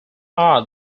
are